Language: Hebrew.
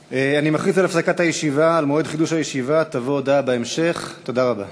ולצערי, בסופו של דבר,